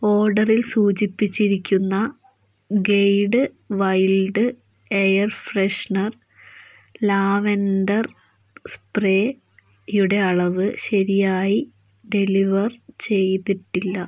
ഓർഡറിൽ സൂചിപ്പിച്ചിരിക്കുന്ന Glade wild air freshener lavender സ്പ്രേയുടെ അളവ് ശരിയായി ഡെലിവർ ചെയ്തിട്ടില്ല